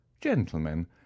gentlemen